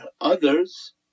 others